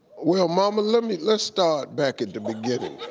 well, mama, let's let's start back at the beginning.